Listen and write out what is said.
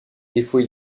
défaut